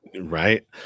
Right